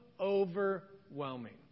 overwhelming